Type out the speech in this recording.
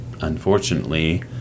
Unfortunately